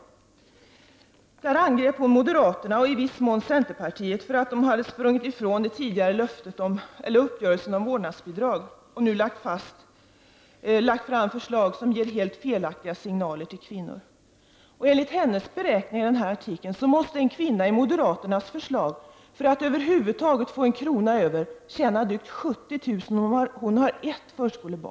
Anne Wibble angrep moderaterna och i viss mån centerpartiet för att ha sprungit ifrån den tidigare uppgörelsen om vårdnadsbidraget och nu lagt fram förslag som ger helt felaktiga signaler till kvinnor. Enligt hennes beräkningar i den här artikeln måste en kvinna i moderaternas förslag tjäna drygt 70 000 om hon har ett förskolebarn för att över huvud taget få en krona över.